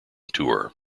tour